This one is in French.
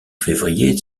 février